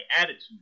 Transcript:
attitude